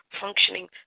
functioning